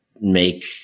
make